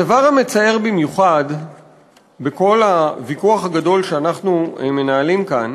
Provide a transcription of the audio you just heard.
הדבר המצער במיוחד בכל הוויכוח הגדול שאנחנו מנהלים כאן